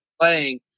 playing